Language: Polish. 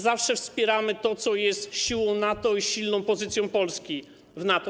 Zawsze wspieramy to, co wiąże się z siłą NATO i silną pozycją Polski w NATO.